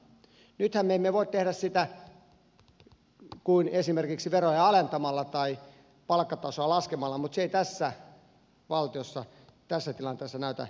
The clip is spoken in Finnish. nythän me emme voi tehdä sitä kuin esimerkiksi veroja alentamalla tai palkkatasoa laskemalla mutta se ei tässä valtiossa tässä tilanteessa näytä onnistuvan